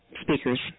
speakers